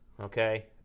okay